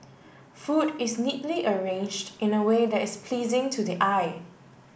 food is neatly arranged in a way that is pleasing to the eye